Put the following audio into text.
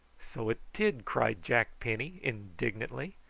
so it did! cried jack penny indignantly.